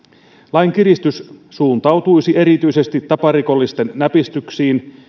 lain kiristys suuntautuisi erityisesti taparikollisten näpistyksiin